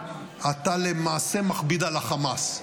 אתה למעשה מכביד על החמאס,